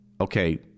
okay